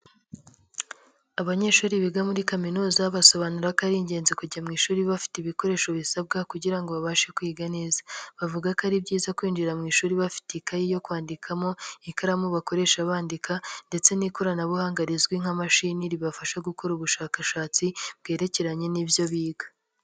Abanyeshuri biga muri kaminuza basobanura ko ari ingenzi kujya mu ishuri bafite ibikoresho bisabwa kugira babashe kwiga neza, bavuga ko ari byiza kwinjira mu ishuri bafite ikayi yo kwandikamo, ikaramu bakoresha bandika ndetse n'ikoranabuhanga rizwi nka mashini ribafasha gukora ubushakashatsi bwerekeranye n'ibyo biga.